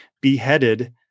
beheaded